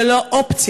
זה לא אופציה,